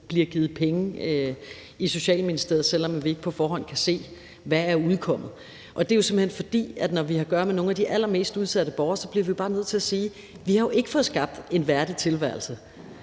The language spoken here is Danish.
bliver givet penge til i Socialministeriet, selv om vi ikke på forhånd kan se, hvad udkommet er. Det er jo simpelt hen, fordi vi, når vi har at gøre med nogle af de allermest udsatte borgere, bare bliver nødt til at sige, at vi jo ikke har fået skabt en værdig tilværelse.